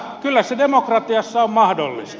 kyllä se demokratiassa on mahdollista